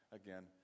again